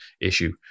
issue